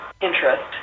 interest